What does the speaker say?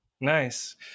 Nice